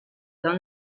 dans